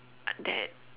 that